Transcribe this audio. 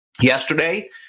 Yesterday